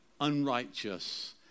unrighteous